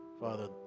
Father